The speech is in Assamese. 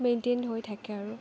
মেইনটেইন হৈ থাকে আৰু